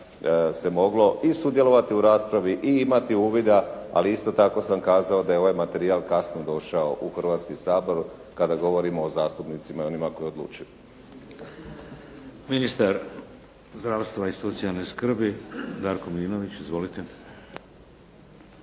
se moglo i sudjelovati u raspravi i imati uvida, ali isto tako sam kazao da je ovaj materijal kasno došao u Hrvatski sabor, kada govorimo o zastupnicima i onima koji odlučuju. **Šeks, Vladimir (HDZ)** Ministar zdravstva i socijalne skrbi, Darko Milinović. Izvolite.